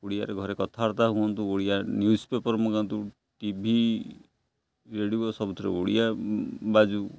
ଓଡ଼ିଆରେ ଘରେ କଥାବାର୍ତ୍ତା ହୁଅନ୍ତୁ ଓଡ଼ିଆ ନ୍ୟୁଜ୍ ପେପର ମଗାନ୍ତୁ ଟିଭି ରେଡ଼ିଓ ସବୁଥିରେ ଓଡ଼ିଆ ବାଜୁ